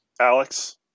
Alex